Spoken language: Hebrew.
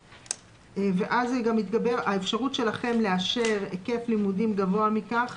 ואז האפשרות שלכם לאשר היקף לימודים גבוה מכך,